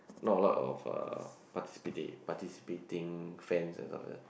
not a lot of uh participating participating fans and something